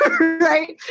right